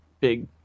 big